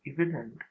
evident